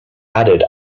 added